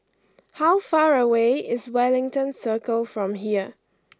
how far away is Wellington Circle from here